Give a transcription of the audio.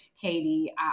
Katie